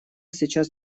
сейчас